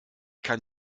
kann